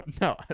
No